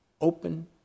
open